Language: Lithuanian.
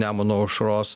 nemuno aušros